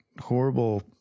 horrible